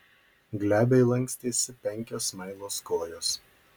glebiai lankstėsi penkios smailos kojos